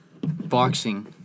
boxing